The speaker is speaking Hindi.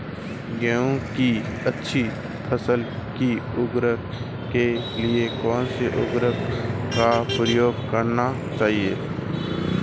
गेहूँ की अच्छी फसल की उपज के लिए कौनसी उर्वरक का प्रयोग करना चाहिए?